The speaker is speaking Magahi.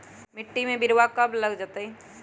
मिट्टी में बिरवा कब लगवल जयतई?